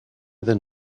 than